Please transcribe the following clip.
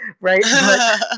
right